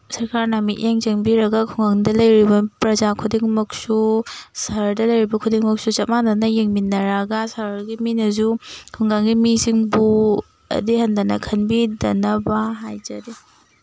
ꯁꯔꯀꯥꯔꯅ ꯃꯤꯠꯌꯦꯡ ꯆꯪꯕꯤꯔꯒ ꯈꯨꯡꯒꯪꯗ ꯂꯩꯔꯤꯕ ꯄ꯭ꯔꯖꯥ ꯈꯨꯗꯤꯡꯃꯛꯁꯨ ꯁꯍꯔꯗ ꯂꯩꯔꯤꯕ ꯈꯨꯗꯤꯡꯃꯛꯁꯨ ꯆꯞ ꯃꯥꯅꯅ ꯌꯦꯡꯃꯤꯟꯅꯔꯒ ꯁꯍꯔꯒꯤ ꯃꯤꯅꯁꯨ ꯈꯨꯡꯒꯪꯒꯤ ꯃꯤꯁꯤꯡꯕꯨ ꯑꯗꯤ ꯍꯟꯗꯅ ꯈꯟꯕꯤꯗꯅꯕ ꯍꯥꯏꯖꯔꯤ